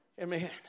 Amen